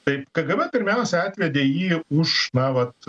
taip kgb pirmiausia atvedė jį už na vat